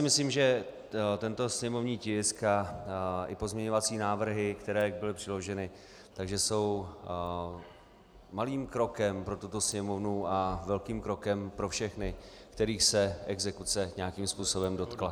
Myslím si, že tento sněmovní tisk i pozměňovací návrhy, které byly předloženy, jsou malým krokem pro tuto Sněmovnu a velkým krokem pro všechny, kterých se exekuce nějakým způsobem dotkla.